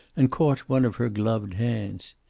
and caught one of her gloved hands.